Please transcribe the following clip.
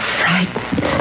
frightened